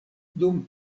dum